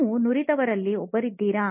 ನೀವು ನುರಿತವರಲ್ಲಿ ಒಬ್ಬರಾಗಿದ್ದೀರಾ